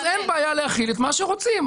אין בעיה להחיל את מה שרוצים.